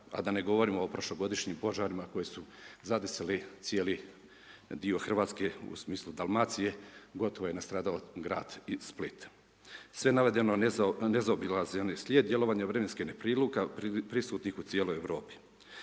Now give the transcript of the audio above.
a da ne govorimo o prošlogodišnjim požarima, koje zadesili cijeli dio Hrvatske, u smislu Dalmacije, gotovo je nastradao grad Split. Sve navedeno, nezaobilazni ona slijed djelovanja vremenskih neprilike prisutnih u cijeloj Europi.